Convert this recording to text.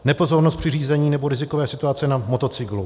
Nepozornost při řízení nebo rizikové situace na motocyklu.